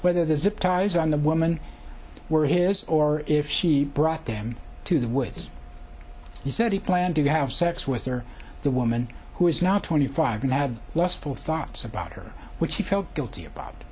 whether the zip ties on the woman were his or if she brought them to the woods he said he planned to have sex with her the woman who is now twenty five now have lustful thoughts about her which he felt guilty about